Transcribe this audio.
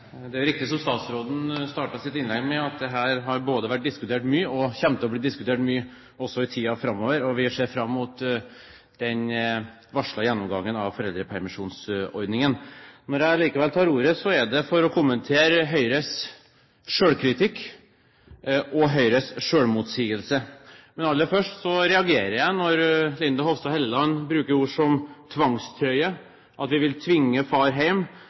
til. Det er riktig som statsråden startet sitt innlegg med, at dette har vært diskutert mye og kommer til å bli diskutert mye også i tiden framover. Vi ser fram til den varslede gjennomgangen av foreldrepermisjonsordningen. Når jeg likevel tar ordet, er det for å kommentere Høyres selvkritikk og Høyres selvmotsigelse. Men aller først reagerer jeg når Linda C. Hofstad Helleland bruker ord som «tvangstrøyer», at vi vil tvinge far